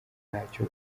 ntacyo